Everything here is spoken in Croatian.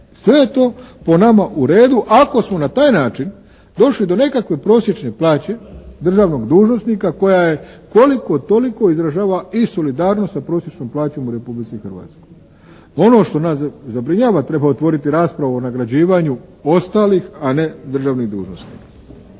Sve je to po nama u redu ako su na taj način došli do prosječne plaće državnog dužnosnika koja je koliko toliko izražava i solidarnost sa prosječnom plaćom u Republici Hrvatskoj. Ono što nas zabrinjava, treba otvoriti raspravu o nagrađivanju ostalih a ne državnih dužnosnika.